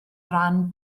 rhan